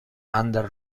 under